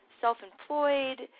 self-employed